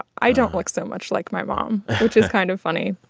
i don't look so much like my mom, which is kind of funny.